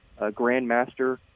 grandmaster